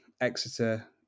Exeter